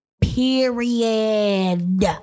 Period